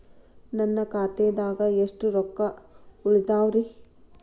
ನನ್ನ ಖಾತೆದಾಗ ಎಷ್ಟ ರೊಕ್ಕಾ ಉಳದಾವ್ರಿ?